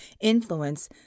influence